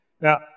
Now